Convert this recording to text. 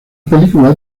película